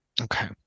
okay